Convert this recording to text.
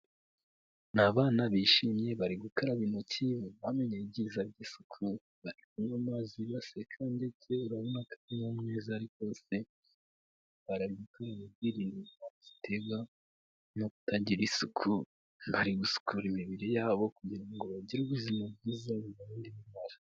Ni abana bishimye bari gukaraba intoki bamenye ibyiza by'isuku, bari kunywa amazi baseka ndetse urabona ko akantamuneza ari kose, bari kwirinda indwara ziterwa no kutagira isuku. Bari gusukura imibiri yabo kugira ngo bagire ubuzima bwiza buzira indwara.